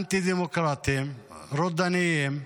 אנטי-דמוקרטיים, רודניים,